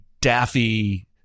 daffy